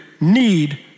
need